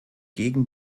gegen